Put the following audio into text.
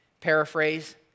Paraphrase